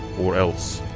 or else,